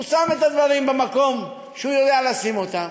הוא שם את הדברים במקום שהוא יודע לשים אותם.